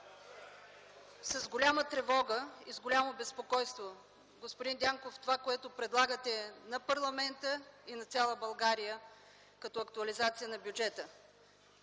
с голяма тревога и голямо безпокойство, господин Дянков, за това, което предлагате на парламента и на цяла България като актуализация на бюджета.